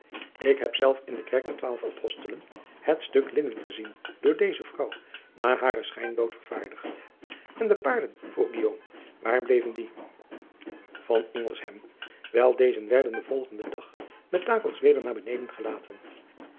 k heb zelf in de kerk der waalf postelen het stuk linnen gezien door deze vrouw na haren schijndood vervaardigd n de paarden vroeg waar bleven die el deze werden den volgenden dag met takels weder naar beneden gelaten